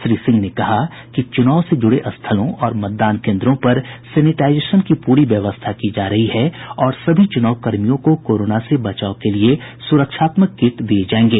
श्री सिंह ने कहा कि चुनाव से जुड़े स्थलों और मतदान केन्द्रों पर सेनेटाईजेशन की पूरी व्यवस्था की जा रही है और सभी चुनाव कर्मियों को कोरोना से बचाव के लिये सुरक्षात्मक किट दिये जायेंगे